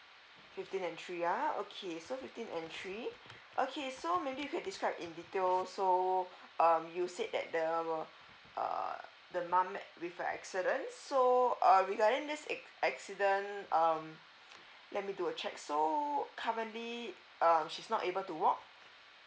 fifteen and three ah okay so fifteen and three okay so maybe you can describe in detail so um you said that there were the mum with the accident so uh regarding this ac~ accident um let me do a check so currently um she's not able to walk